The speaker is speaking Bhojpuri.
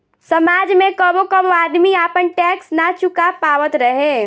समाज में कबो कबो आदमी आपन टैक्स ना चूका पावत रहे